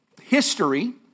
history